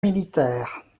militaires